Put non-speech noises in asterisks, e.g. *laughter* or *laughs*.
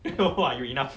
*laughs* !wah! you enough